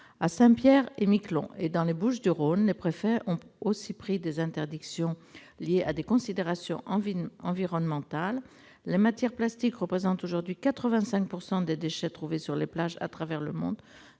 À Saint-Pierre-et-Miquelon et dans les Bouches-du-Rhône, les préfets ont aussi pris des mesures d'interdiction liées à des considérations environnementales. Il faut savoir que les matières plastiques représentent aujourd'hui 85 % des déchets trouvés sur les plages travers le monde.